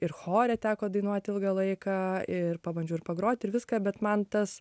ir chore teko dainuot ilgą laiką ir pabandžiau ir pagrot ir viską bet man tas